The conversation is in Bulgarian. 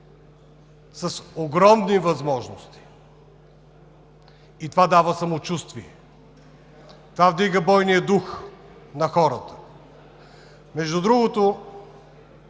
с огромни възможности, а това дава самочувствие, това вдига бойния дух на хората. Между другото,